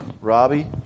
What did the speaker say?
Robbie